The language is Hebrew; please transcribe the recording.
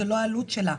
זו לא העלות שלנו.